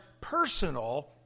personal